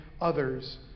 others